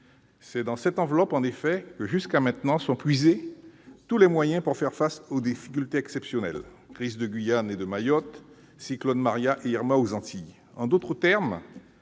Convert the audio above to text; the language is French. effet dans cette enveloppe qu'ont été puisés jusqu'à maintenant tous les moyens pour faire face aux difficultés exceptionnelles- crise en Guyane et à Mayotte, cyclones Maria et Irma aux Antilles. En d'autres termes,